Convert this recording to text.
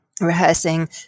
rehearsing